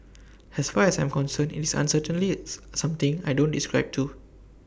as far as I'm concerned it's certainly something I don't describe to